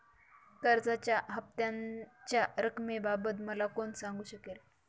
कर्जाच्या हफ्त्याच्या रक्कमेबाबत मला कोण सांगू शकेल?